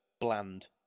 bland